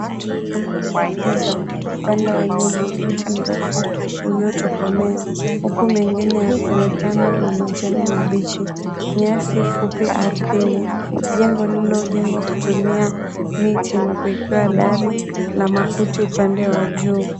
Wingu la giza. Upande wa nyuma mti mrefu uliotokomea huku mengine yakionekana na majani mabichi. Nyasi fupi ardhini, jengo lililojengwa kutumia miti na kuekewa dari la makuti upande wajuu.